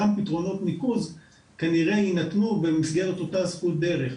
גם פתרונות ניקוז כנראה יינתנו במסגרת אותה זכות דרך.